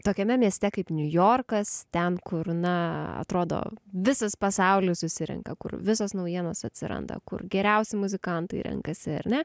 tokiame mieste kaip niujorkas ten kur na atrodo visas pasaulis susirenka kur visos naujienos atsiranda kur geriausi muzikantai renkasi ar ne